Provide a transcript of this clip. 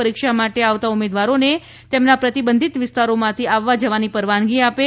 પરીક્ષા માટે આવતાં ઉમેદવારોને તેમનાં પ્રતિબંધીત વિસ્તારોમાંથી આવવા જવાની પરવાનગી આપે